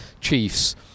Chiefs